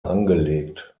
angelegt